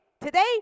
today